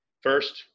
First